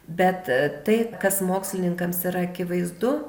bet tai kas mokslininkams yra akivaizdu